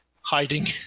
hiding